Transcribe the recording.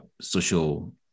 social